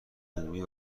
عمومی